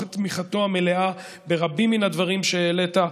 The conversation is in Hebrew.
את תמיכתו המלאה ברבים מהדברים שהעלית,